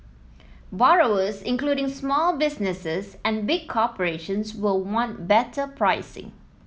borrowers including small businesses and big corporations will want better pricing